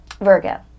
Virgo